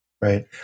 Right